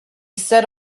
set